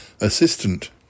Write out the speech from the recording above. assistant